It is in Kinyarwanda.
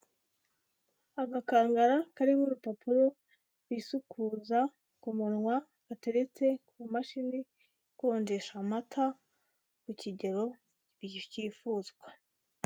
Agakangara karimo urupapuro bisukuza ku munwa, bateretse ku mashini ikondesha amata ku kigero cyiyifuzwa.